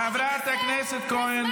חברת הכנסת כהן.